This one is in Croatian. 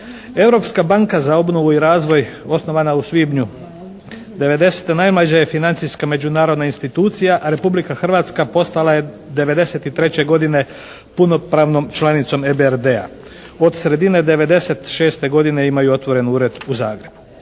Europska banka za obnovu i razvoj osnovana je u svibnju '90. Najmlađa je financijska međunarodna institucija. A Republika Hrvatska postala je '93. godine punopravnom članicom EBRD-a. Od sredine '96. godine imaju otvoren ured u Zagrebu.